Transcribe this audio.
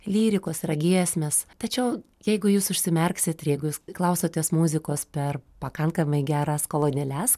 lyrikos yra giesmės tačiau jeigu jūs užsimerksit ir jeigu jūs klausotės muzikos per pakankamai geras kolonėles